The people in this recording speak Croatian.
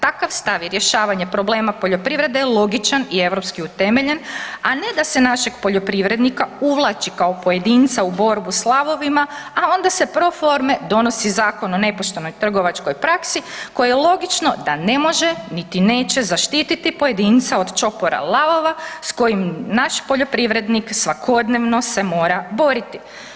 Takav stav i rješavanje problema poljoprivrede je logičan i europski utemeljen a ne da se našeg poljoprivrednika uvlači kao pojedinca u borbu s lavovima a onda se pro forme donosi zakon o nepoštenoj trgovačkoj praksi koji logično da ne može niti neće zaštititi pojedinca od čopora lavova s kojim naš poljoprivrednik svakodnevno se mora boriti.